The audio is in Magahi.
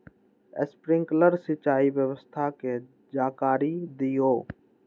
स्प्रिंकलर सिंचाई व्यवस्था के जाकारी दिऔ?